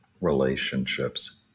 Relationships